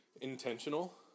intentional